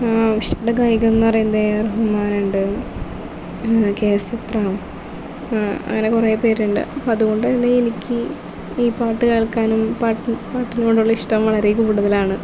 ഇഷ്ട്ട ഗായകൻ എന്ന് പറയുന്നത് എ ആർ റഹ്മാനുണ്ട് കെ എസ് ചിത്ര ആ അങ്ങനെ കുറേ പേരുണ്ട് അപ്പോൾ അതുകൊണ്ട് തന്നെ എനിക്ക് ഈ പാട്ട് കേൾക്കാനും പാട്ട് പാട്ടിനോടുള്ള ഇഷ്ടം വളരെ കൂടുതലാണ്